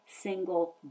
single